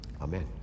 Amen